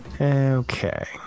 Okay